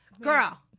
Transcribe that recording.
girl